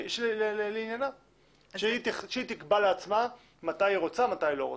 היא תקבע לעצמה מתי היא רוצה ומתי היא לא רוצה.